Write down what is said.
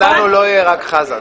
הנציג שלנו לא יהיה רק חזן.